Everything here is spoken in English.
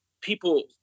people